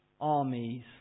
armies